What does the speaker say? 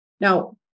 Now